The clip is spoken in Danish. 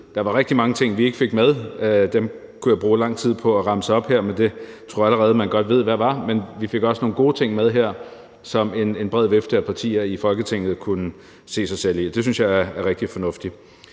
der var rigtig mange ting, vi ikke fik med, og dem kunne jeg bruge lang tid på at remse op her, men jeg tror, man allerede godt ved, hvad det var, men vi fik også nogle gode ting med her, som en bred vifte af partier i Folketinget kunne se sig selv i, og det synes jeg er rigtig fornuftigt.